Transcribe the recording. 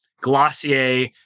Glossier